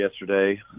yesterday